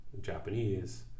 Japanese